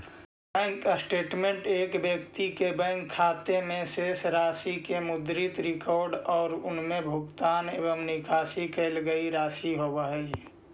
bank statement एक व्यक्ति के बैंक खाते में शेष राशि के मुद्रित रिकॉर्ड और उमें भुगतान एवं निकाशी कईल गई राशि होव हइ